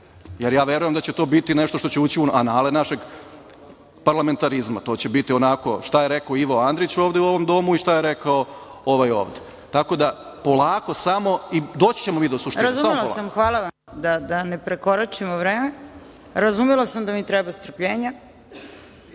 jer ja verujem da će to biti nešto što će ući u anale našeg parlamentarizma. To će biti onako šta je rekao Ivo Andrić ovde u ovom domu i šta je rekao ovaj ovde. Tako da, polako samo i doći ćemo mi do suštine. **Snežana Paunović** Razumela sam, hvala vam, da ne prekoračimo vreme. Razumela sam da mi treba strpljenja.